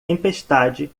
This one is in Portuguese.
tempestade